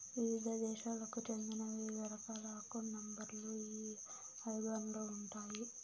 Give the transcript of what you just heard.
వివిధ దేశాలకు చెందిన వివిధ రకాల అకౌంట్ నెంబర్ లు ఈ ఐబాన్ లో ఉంటాయి